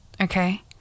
Okay